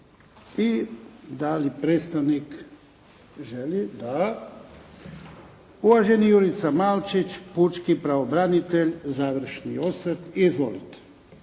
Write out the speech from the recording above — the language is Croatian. I da li predstavnik želi? Da. Uvaženi Jurica Malčić, pučki pravobranitelj. Završni osvrt. Izvolite.